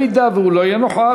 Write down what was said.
אם הוא לא יהיה נוכח,